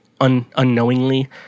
unknowingly